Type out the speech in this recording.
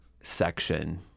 section